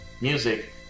music